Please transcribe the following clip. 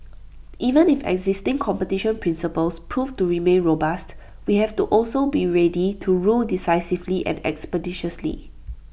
even if existing competition principles prove to remain robust we have to also be ready to rule decisively and expeditiously